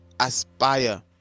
aspire